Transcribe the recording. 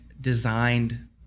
designed